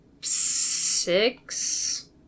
six